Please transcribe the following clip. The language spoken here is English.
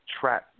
trap